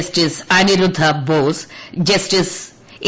justice Aniruddha Bose justice A